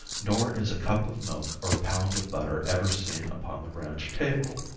nor is a cup of milk or pound of butter ever seen upon the ranch table.